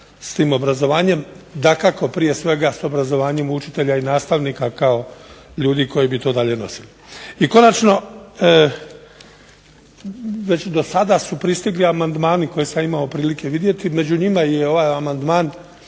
s tim obrazovanjem. Dakako prije svega sa obrazovanjem učitelja i nastavnika kao ljudi koji bi to dalje nosili. I konačno, već do sada su pristigli amandmani koje sam imao prilike vidjeti. Među njima je i ovaj amandman